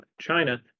China